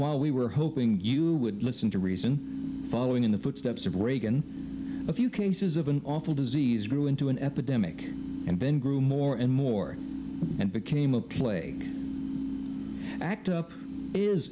while we were hoping you would listen to reason following in the footsteps of reagan a few cases of an awful disease grew into an epidemic and then grew more and more and became a plague